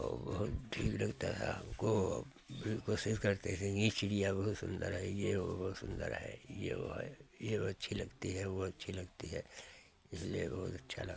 और बहुत ठीक लगता था हमको और भी कोशिश करते थे ये चिड़िया बहुत सुन्दर है ये वो सुन्दर है ये वो है ये अच्छी लगती है वो अच्छी लगती है इसलिए बहुत अच्छा लग